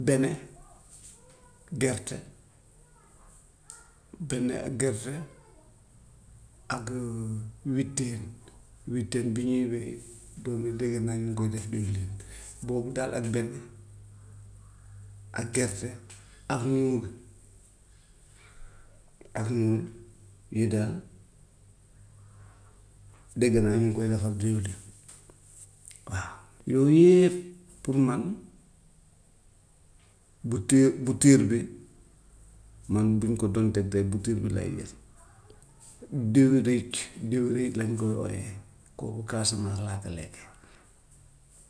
Bene gerte, bene ak gerte ak wëttéen, wëttéen bi ñuy béyee boobu dégg naa ñu ngi koy def diwlin, boobu daal ak bene ak gerte ak ak yii daal dégg naa ñu ngi koy defar diwlin, waa yooyu yëpp pour man bu tii- bu tiir bi man buñ ko doon teg tey bu tiir bi laay wér. Diwriic diwriic lañ koy ooyee kooku casamance laa ko lekkee.